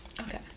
Okay